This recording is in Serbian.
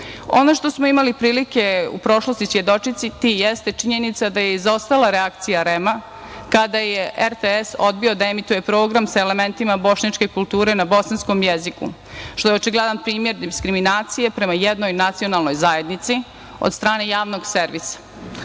19.Ono što smo imali prilike u prošlosti svedočiti jeste činjenica je izostala reakcija REM-a kada je RTS odbio da emituje program sa elementima bošnjačke kulture na bosanskom jeziku, što je očigledan primer diskriminacije prema jednoj nacionalnoj zajednici od strane Javnog servisa,